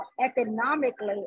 economically